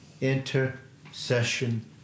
intercession